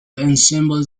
ensemble